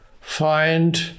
find